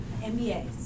MBAs